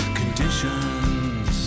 conditions